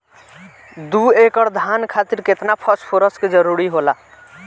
दु एकड़ धान खातिर केतना फास्फोरस के जरूरी होला?